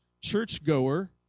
churchgoer